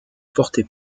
porter